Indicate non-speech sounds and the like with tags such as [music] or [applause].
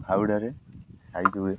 ଫାଉଡ଼ାରେ Sai [unintelligible]